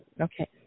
Okay